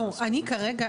קודם כול,